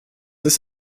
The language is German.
ist